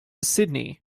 sydney